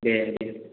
दे दे